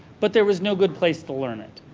but there was no good place to learn it.